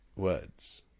words